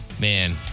Man